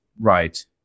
Right